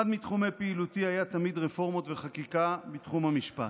אחד מתחומי פעילותי היה תמיד רפורמות וחקיקה בתחום המשפט.